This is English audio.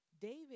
David